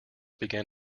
began